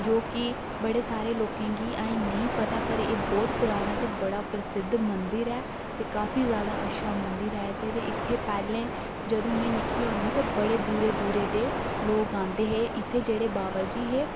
जो कि बड़े सारे लोकें गी है नी पता पर बहुत पराना ऐ ते बड़ा सिद्ध मदंर ऐ ते काफी ज्यादा अच्छा बने दा ऐ ते इत्थै पैह्लें जंदू में निक्की होंदी ही ते बड़े दूरे दूरे दे लोक आंदे हे इत्थै जेहड़े बाबा जी हे